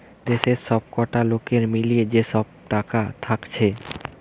দেশের সবকটা লোকের মিলিয়ে যে সব টাকা থাকছে